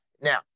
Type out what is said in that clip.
Now